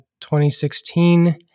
2016